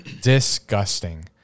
Disgusting